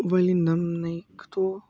भाय'लिन दामनायखौथ'